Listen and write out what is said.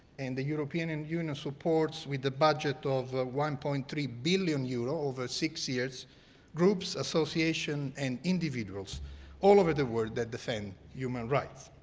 and the european and union supports with the budget of one point three billion euro over six years groups association and individuals all over the world that defend human rights.